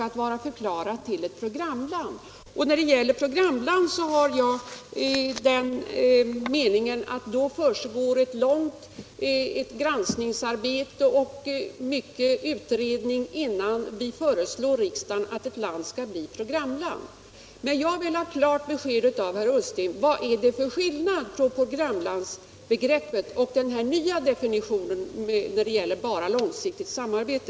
Innan vi föreslår riksdagen att ett land skall bli ett programland förekommer ju ett omfattande granskningsoch utredningsarbete. Jag vill ha ett klart besked av herr Ullsten om vad det är för skillnad på programlandsbegreppet och den nya definitionen långsiktigt samarbete.